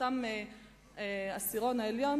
באותו העשירון העליון?